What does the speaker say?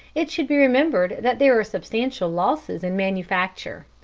it should be remembered that there are substantial losses in manufacture.